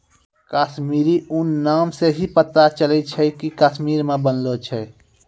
कश्मीरी ऊन नाम से ही पता चलै छै कि कश्मीर मे बनलो छै